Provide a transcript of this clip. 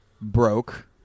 broke